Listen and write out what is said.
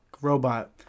robot